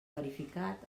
verificat